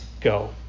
go